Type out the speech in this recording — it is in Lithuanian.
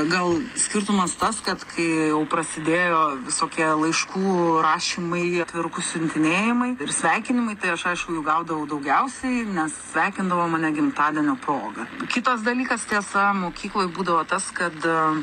gal skirtumas tas kad kai jau prasidėjo visokie laiškų rašymai atvirukų siuntinėjimai ir sveikinimai tai aš aišku gaudavau daugiausiai nes sveikindavo mane gimtadienio proga kitas dalykas tiesa mokykloj būdavo tas kad